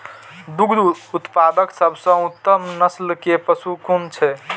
दुग्ध उत्पादक सबसे उत्तम नस्ल के पशु कुन छै?